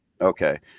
Okay